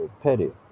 petty